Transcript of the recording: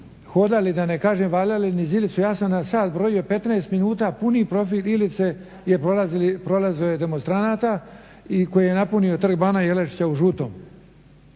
hodali da ne kažem valjali niz Ilicu ja sam na sat brojio 15 minuta puni profil Ilice je prolazio je demonstranata i koji je napuni Trg bana Jelačića u žutom